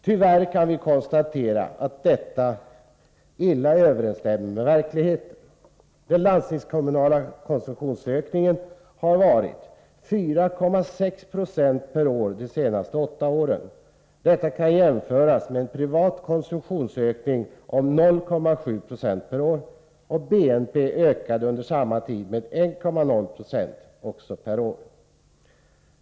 Tyvärr kan vi konstatera att detta illa överensstämmer med verkligheten. Den landstingskommunala konsumtionsökningen har varit 4,6 Zo per år de senaste åtta åren. Detta kan jämföras med en privat konsumtionsökning om 0,7 96 per år. BNP ökade under samma tid med 1,0 96 per år.